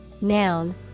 noun